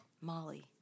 Molly